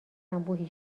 انبوهی